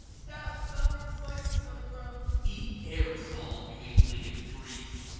steph, film where the spiders are coming from. eat aerosol you eight legged freaks